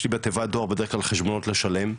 יש לי בתיבת הדואר לפעמים חשבונות לשלם,